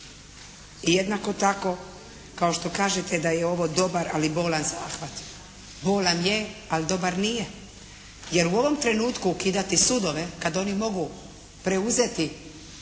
i jednako tako kao što kažete da je ovo dobar ali bolan zahvat. Bolan je, ali dobar nije. Jer u ovom trenutku ukidati sudove kada oni mogu preuzeti